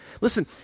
Listen